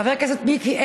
חבר הכנסת מיקי,